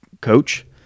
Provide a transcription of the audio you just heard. coach